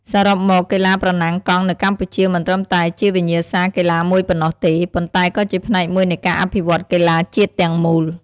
សរុបមក កីឡាប្រណាំងកង់នៅកម្ពុជាមិនត្រឹមតែជាវិញ្ញាសាកីឡាមួយប៉ុណ្ណោះទេ ប៉ុន្តែក៏ជាផ្នែកមួយនៃការអភិវឌ្ឍកីឡាជាតិទាំងមូល។